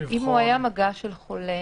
--- אם הוא היה במגע עם חולה.